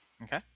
Okay